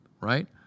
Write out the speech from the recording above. right